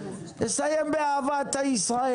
תסיים באהבה את ישראל.